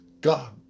God